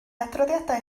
adroddiadau